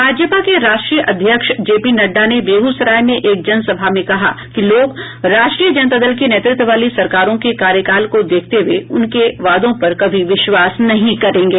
भाजपा के राष्ट्रीय अध्यक्ष जेपी नड्डा ने बेगूसराय में एक जनसभा में कहा कि लोग राष्ट्रीय जनता दल के नेतृत्व वाली सरकारों के कार्यकाल को देखते हुए उनके वादों पर कभी विश्वास नहीं करेंगे